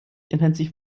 intensiv